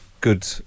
good